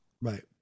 Right